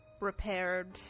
repaired